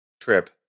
trip